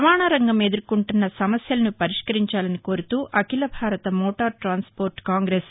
రవాణా రంగం ఎదుర్కొంటున్న సమస్యలను పరిష్కరించాలని కోరుతూ అఖిల భారత మోటార్ టూస్స్పోర్లు కాంగ్రెస్